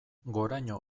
goraño